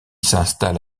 s’installe